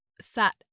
sat